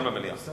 דיון במליאה.